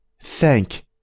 Thank